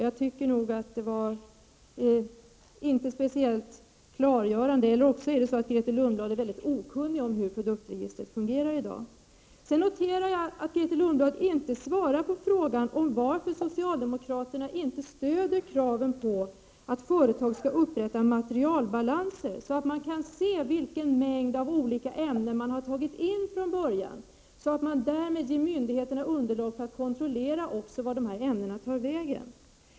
Jag tycker att det som Grethe Lundblad sade inte var särskilt klargörande — eller också är Grethe Lundblad mycket okunnig om hur produktregistret fungerar i dag. Sedan noterar jag att Grethe Lundblad inte svarar på frågan varför socialdemokraterna inte stöder kravet på att företagen skall upprätta materialbalanser, så att man kan se vilken mängd åv olika ämnen man har tagit in från början, och därmed ger myndigheterna underlag för att kontrollera vart dessa ämnen tar vägen.